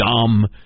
dumb